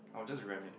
I'll just ram it